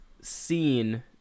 seen